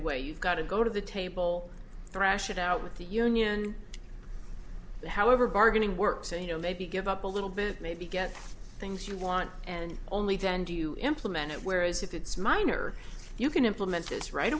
away you've got to go to the table thrash it out with the union however bargaining works and you know maybe give up a little bit maybe get things you want and only then do you implement it whereas if it's minor you can implement this right